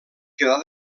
quedà